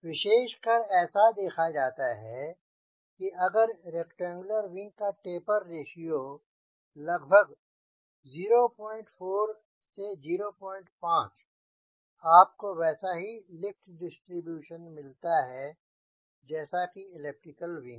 विशेषकर ऐसा देखा जाता है कि अगर रेक्टैंगुएलर विंग का टेपर रेश्यो लगभग 0 4 05 आपको वैसा ही लिफ्ट डिस्ट्रीब्यूशन मिलता है जैसा कि एलिप्टिकल विंग से